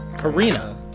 Karina